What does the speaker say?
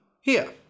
here